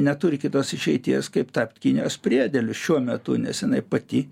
neturi kitos išeities kaip tapt kinijos priedėliu šiuo metu nes jinai pati